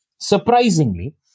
surprisingly